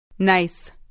Nice